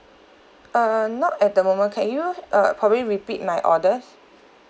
err not at the moment can you uh probably repeat my orders